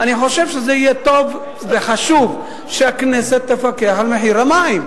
אני חושב שזה יהיה טוב וחשוב שהכנסת תפקח על המים.